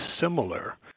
similar